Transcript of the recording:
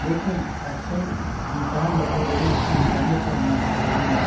لیکن اچھی انسان بننے کے لیے اچھی انسانیت کا ہونا بہت ضروری ہے